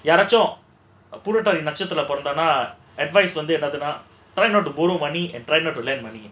யாராச்சும் பூரட்டாதி நட்சத்திரத்துல பொறந்தனா:yaarachum pooraataathi natchathirathula porantanaa advice வந்து என்னதுனா:vandhu ennaathunaa try not to borrow money